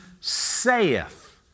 saith